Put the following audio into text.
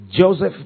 Joseph